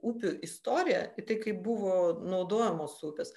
upių istoriją tai kaip buvo naudojamos upės